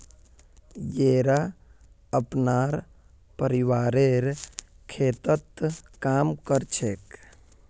येरा अपनार परिवारेर खेततत् काम कर छेक